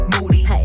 Moody